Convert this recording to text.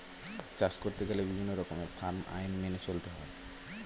চাষ করতে গেলে বিভিন্ন রকমের ফার্ম আইন মেনে চলতে হয়